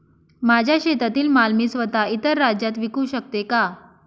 माझ्या शेतातील माल मी स्वत: इतर राज्यात विकू शकते का?